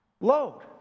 load